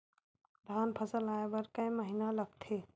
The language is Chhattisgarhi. धान फसल आय बर कय महिना लगथे?